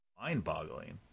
mind-boggling